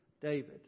David